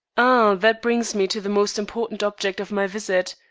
ah, that brings me to the most important object of my visit.